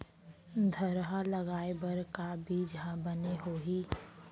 थरहा लगाए बर का बीज हा बने होही?